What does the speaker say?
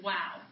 Wow